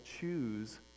choose